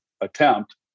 attempt